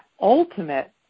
ultimate